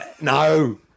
No